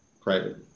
private